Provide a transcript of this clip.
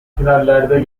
finallerde